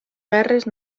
guerres